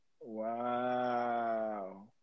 Wow